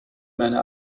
meine